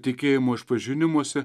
kad tikėjimo išpažinimuose